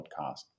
podcast